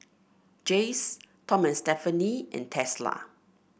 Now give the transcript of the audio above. Jays Tom and Stephanie and Tesla